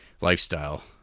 lifestyle